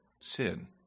sin